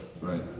right